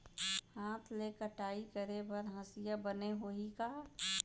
हाथ ले कटाई करे बर हसिया बने होही का?